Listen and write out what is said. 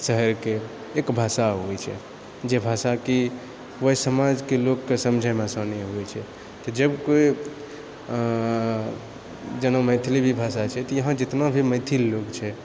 शहरके एक भाषा होइ छै जे भाषा कि ओहि समाजके लोकके समझैमे आसानी होइ छै तऽ जब कोइ जेना मैथिली भी भाषा छै तऽ यहाँ जितना भी मैथिल लोक छै